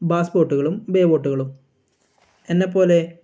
bass ബോട്ടുകളും bay ബോട്ടുകളും എന്നെപോലെ